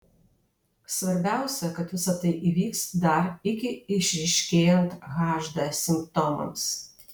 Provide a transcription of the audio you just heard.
svarbiausia kad visa tai įvyks dar iki išryškėjant hd simptomams